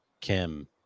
kim